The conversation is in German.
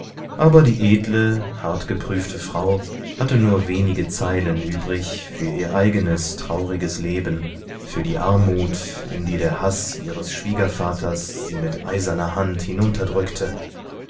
aber die edle hartgeprüfte frau hatte nur wenige zeilen übrig für ihr eigenes trauriges leben für die armut in die der haß ihres schwiegervaters sie mit eiserner hand